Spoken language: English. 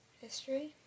History